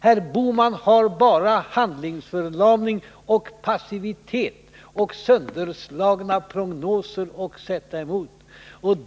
Herr Bohman har bara handlingsförlamning och passivitet och sönderslagna prognoser att sätta emot.